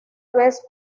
vez